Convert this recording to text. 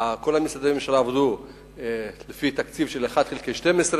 כל משרדי הממשלה עבדו לפי תקציב של 1 חלקי 12,